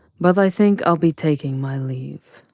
but i think i'll be taking my leave.